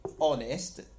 honest